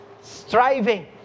striving